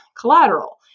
collateral